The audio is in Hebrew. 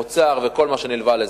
האוצר וכל מה שנלווה לזה.